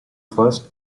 first